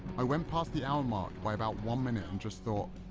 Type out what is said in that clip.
i went past the hour mark by about one minute and just thought,